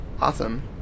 awesome